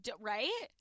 Right